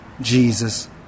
Jesus